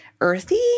earthy